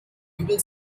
übel